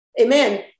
Amen